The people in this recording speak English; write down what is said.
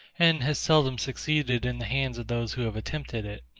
and has seldom succeeded in the hands of those who have attempted it.